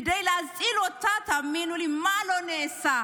וכדי להציל אותה, תאמינו לי, מה לא נעשה.